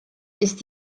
ist